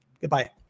Goodbye